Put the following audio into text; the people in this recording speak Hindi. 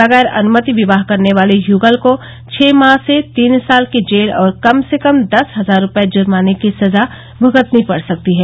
बगैर अनुमति विवाह करने वाले युगल को छः माह से तीन साल की जेल और कम से कम दस हजार रूपये जूर्माने की सजा भूगतनी पड़ सकती है